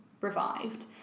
revived